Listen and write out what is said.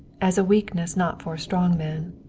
as a weakness not for a strong man.